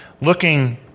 looking